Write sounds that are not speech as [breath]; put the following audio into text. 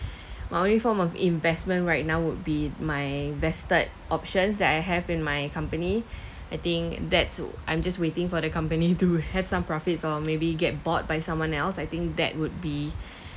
[breath] my only form of investment right now would be my vested options that I have in my company [breath] I think that's so I'm just waiting for the company to have some profits or maybe get bought by someone else I think that would be [breath]